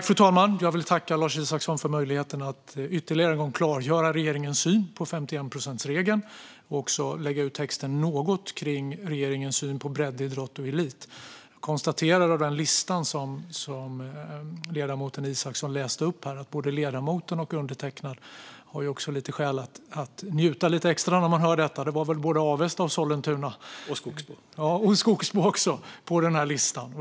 Fru talman! Jag vill tacka Lars Isacsson för möjligheten att ytterligare en gång klargöra regeringens syn på 51-procentsregeln. Jag vill även lägga ut texten något om regeringens syn på breddidrott och elit. Jag konstaterar av den lista som ledamoten Isacsson läste upp att både ledamoten och undertecknad har skäl att njuta lite extra när man hör detta. Det var både Avesta och Sollentuna. : Och Skogsbo!) Ja, Skogsbo fanns också på listan!